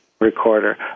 recorder